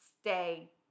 stay